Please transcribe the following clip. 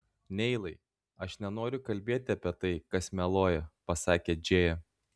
neilai aš nenoriu kalbėti apie tai kas meluoja pasakė džėja